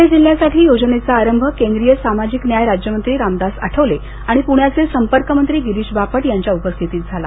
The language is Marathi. पणे जिल्ह्यासाठी योजनेचा आरंभ केंद्रीय सामाजिक न्याय राज्यमंत्री रामदास आठवले आणि पृण्याचे संपर्कमंत्री गिरीश बापट यांच्या उपस्थितीत झाला